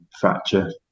fracture